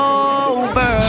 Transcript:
over